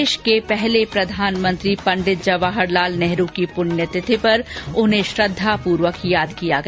देश के पहले प्रधानमंत्री पंड़ित जवाहर लाल नेहरू की पुण्यतिथि पर उन्हें श्रद्वापूर्वक याद किया गया